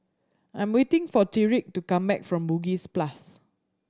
I am waiting for Tyrik to come back from Bugis plus